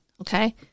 Okay